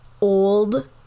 old